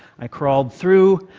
i crawled through,